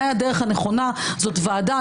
בעיניי הדרך הנכונה זאת ועדה.